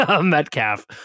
Metcalf